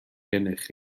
gennych